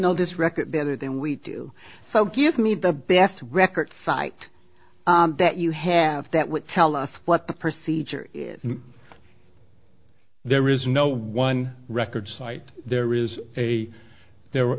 know this record better than we do so give me the best record site that you have that would tell us what the procedure there is no one records cite there is a there